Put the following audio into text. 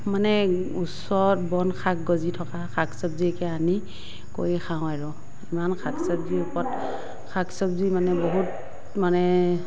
মানে ওচৰত বন শাক গজি থকা শাক চবজিকে আনি কৰি খাওঁ আৰু ইমান শাক চবজিৰ ওপৰত শাক চবজি মানে বহুত মানে